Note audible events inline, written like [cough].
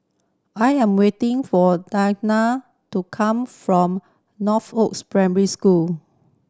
I am waiting for [unintelligible] to come from Northoaks Primary School